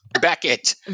Beckett